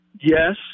yes